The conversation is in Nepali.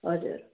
हजुर